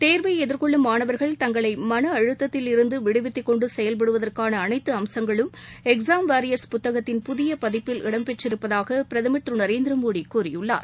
தேர்வைஎதிர்கொள்ளும் மாணவர்கள் தங்களைமனஅழுத்தத்தில் இருந்துவிடுவித்துக் கொண்டு செயல்படுவதற்கானஅனைத்துஅம்சங்களும் புதியபதிப்பில் இடம் பெற்றிருப்பதாகபிரதமர் திருநரேந்திரமோடிகூறியுள்ளார்